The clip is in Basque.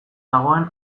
dagoen